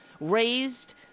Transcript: raised